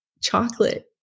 chocolate